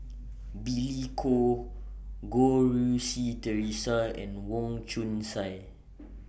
Billy Koh Goh Rui Si Theresa and Wong Chong Sai